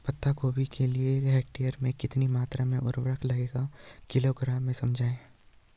पत्ता गोभी के लिए एक हेक्टेयर में कितनी मात्रा में उर्वरक लगेगा किलोग्राम में समझाइए?